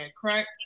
correct